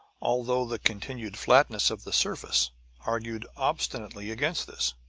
although the continued flatness of the surface argued obstinately against this.